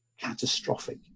Catastrophic